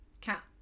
cat